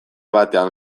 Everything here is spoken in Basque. batean